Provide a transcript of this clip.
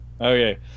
Okay